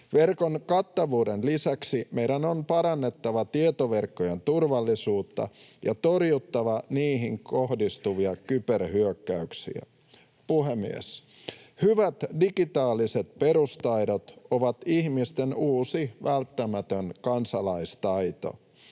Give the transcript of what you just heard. Verkon kattavuuden lisäksi meidän on parannettava tietoverkkojen turvallisuutta ja torjuttava niihin kohdistuvia kyberhyökkäyksiä. Puhemies! Hyvät digitaaliset perustaidot ovat ihmisten uusi välttämätön kansalaistaito.